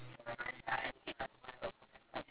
ya so even if I don't wear earrings it won't close